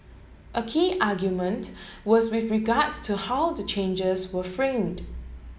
a key argument was with regards to how the charges were framed